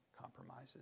compromises